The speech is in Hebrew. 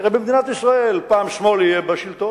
כי הרי במדינת ישראל פעם שמאל יהיה בשלטון,